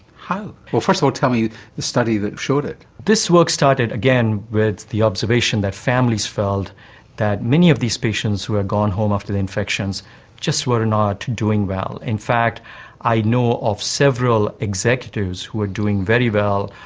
how? well, first of all tell me the study that showed it. this work started, again, with the observation that families felt that many of these patients who had gone home after their infections just were not doing well. in fact i know of several executives who were doing very well,